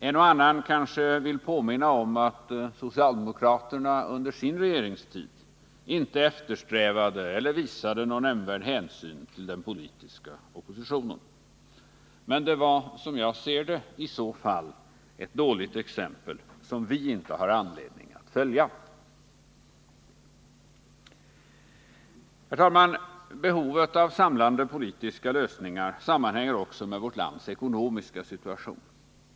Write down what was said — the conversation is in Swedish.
En och annan vill kanske påminna om att socialdemokraterna under sin regeringstid inte eftersträvade eller visade någon nämnvärd hänsyn till den politiska oppositionen. Men det var, som jag ser det, i så fall ett dåligt exempel, som vi inte har anledning att följa. Herr talman! Behovet av samlande politiska lösningar sammanhänger också med vårt lands ekonomiska situation.